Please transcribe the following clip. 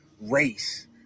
race